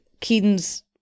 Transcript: Keaton's